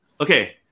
Okay